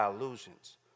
illusions